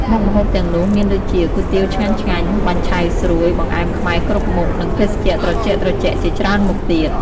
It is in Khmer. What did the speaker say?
មុខម្ហូបទាំងនោះមានដូចជា គុយទាវឆ្ងាញ់ៗ បាញ់ឆែវស្រួយ បង្អែមខ្មែរគ្រប់មុខ និងភេសជ្ជៈត្រជាក់ៗជាច្រើនមុខទៀត។